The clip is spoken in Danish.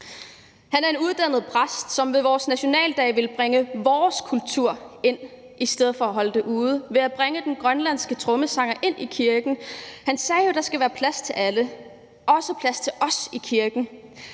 Han er uddannet præst og vil ved vores nationaldag bringe vores kultur ind i stedet for at holde den ude ved at bringe den grønlandske trommesang ind i kirken. Han sagde jo, der skal være plads til alle – også plads til os i kirken.